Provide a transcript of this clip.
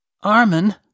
Armin